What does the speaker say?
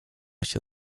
się